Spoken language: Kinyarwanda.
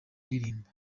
ndirimbo